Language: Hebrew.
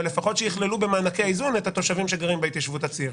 אבל לפחות שיכללו במענקי האיזון את התושבים שגרים בהתיישבות הצעירה,